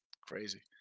Crazy